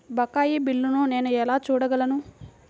బకాయి బిల్లును నేను ఎలా చూడగలను?